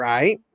Right